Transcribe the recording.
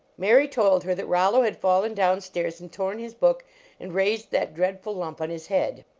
mary told her that rollo had fallen down stairs and torn his book and raised that dreadful lump on his head.